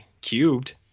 Cubed